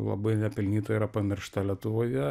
labai nepelnytai yra pamiršta lietuvoje